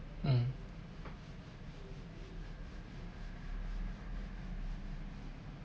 mm